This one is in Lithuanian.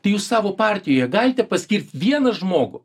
jūs savo partijoje galite paskirt vieną žmogų